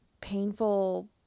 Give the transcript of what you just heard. painful